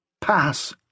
Pass